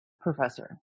professor